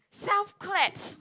south claps